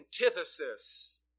antithesis